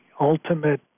ultimate